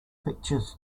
pictures